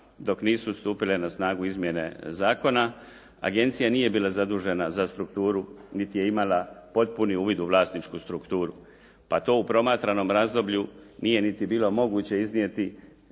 dok nisu stupile na snagu izmjene zakona agencija nije bila zadužena za strukturu niti je imala potpuni uvid u vlasničku strukturu pa to u promatranom razdoblju nije niti bilo moguće iznijeti